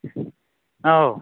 ꯑꯧ